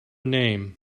name